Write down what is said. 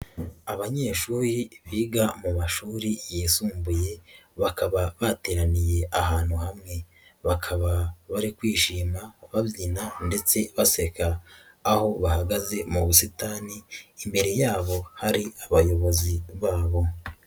Abanyeshuri biga mu mashuri yisumbuye bakaba bateraniye ahantu hamwe, bakaba bari kwishima, babyina ndetse baseka, aho bahagaze mu busitani imbere yabo hari abayobozi babo.